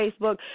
Facebook